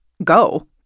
go